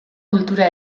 kultura